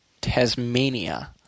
Tasmania